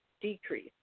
decrease